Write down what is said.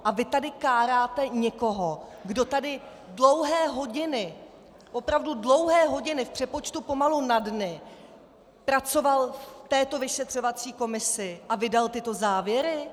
A vy tady káráte někoho, kdo tady dlouhé hodiny, opravdu dlouhé hodiny, v přepočtu pomalu na dny pracoval v této vyšetřovací komisi a vydal tyto závěry?